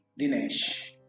Dinesh